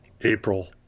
April